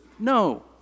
No